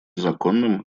незаконным